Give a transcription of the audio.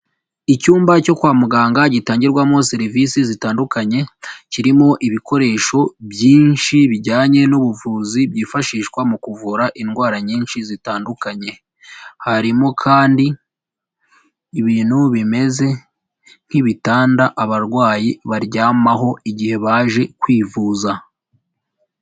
Icyumba cyo kwa muganga gitangirwamo serivisi zitandukanye, kirimo ibikoresho byinshi bijyanye n'ubuvuzi byifashishwa mu kuvura indwara nyinshi zitandukanye, harimo kandi ibintu bimeze nk'ibitanda abarwayi baryamaho igihe baje kwivuza.